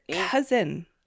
cousin